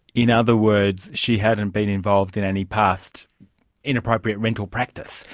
in other words, she hadn't been involved in any past inappropriate rental practice?